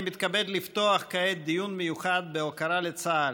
אני מתכבד לפתוח כעת דיון מיוחד בהוקרה לצה"ל,